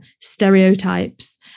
stereotypes